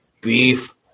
beef